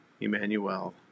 Emmanuel